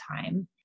time